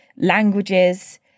languages